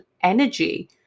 energy